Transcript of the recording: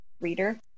reader